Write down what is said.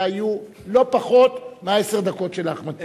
יהיו לא פחות מעשר הדקות של אחמד טיבי.